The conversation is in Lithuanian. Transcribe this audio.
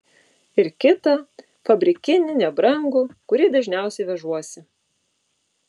ir kitą fabrikinį nebrangų kurį dažniausiai vežuosi